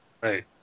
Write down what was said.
Right